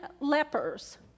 lepers